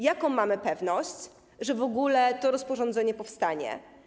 Jaką mamy pewność, że w ogóle to rozporządzenie powstanie?